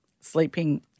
sleeping